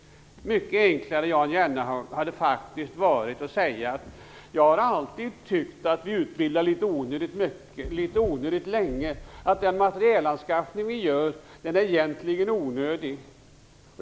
Det hade varit mycket enklare för Jan Jennehag att säga: Jag har alltid tyckt att vi utbildar onödigt mycket och länge, att den materielanskaffning som görs egentligen är onödig.